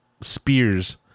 spears